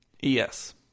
Yes